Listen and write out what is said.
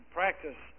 practice